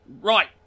Right